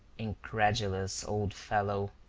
incredulous old fellow!